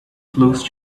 close